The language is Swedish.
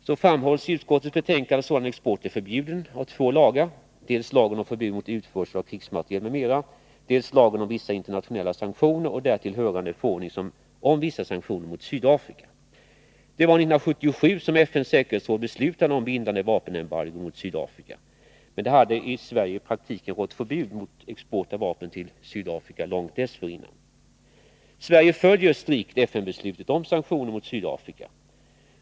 Som framhålls i utskottets betänkande är sådan export förbjuden av två lagar — dels lagen om förbud mot utförsel av krigsmateriel m.m., dels lagen om vissa internationella sanktioner och därtill hörande förordning om vissa sanktioner mot Sydafrika. Det var 1977 som FN:s säkerhetsråd beslutade om bindande vapenembargo mot Sydafrika. Men det hade i Sverige i praktiken rått förbud mot export av vapen till Sydafrika långt dessförinnan. Sverige följer strikt FN-beslutet om sanktioner mot Sydafrika.